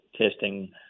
testing